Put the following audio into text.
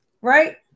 right